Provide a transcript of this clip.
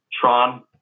Tron